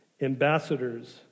ambassadors